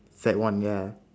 sec one ya